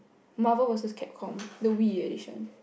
marvel versus cap com the Wii edition